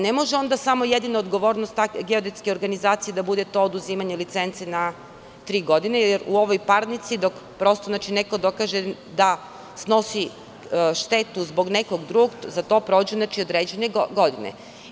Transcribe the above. Ne može jedina odgovornost geodetske organizacije da bude oduzimanje licence na tri godine jer u ovoj parnici dok neko dokaže da snosi štetu zbog nekog drugog za to prođu određene godine.